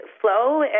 flow